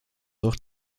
auch